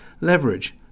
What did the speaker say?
leverage